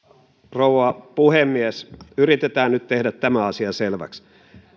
rouva puhemies yritetään nyt tehdä tämä asia selväksi